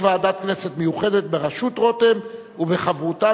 יש ועדת כנסת מיוחדת בראשות רותם ובחברותם